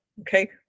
okay